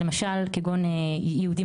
כגון יהודים